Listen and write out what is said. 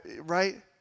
Right